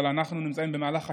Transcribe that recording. אבל אנחנו נמצאים במהלך חקירה.